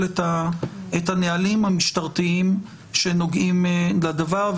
את הנהלים המשטרתיים שנוגעים לדבר.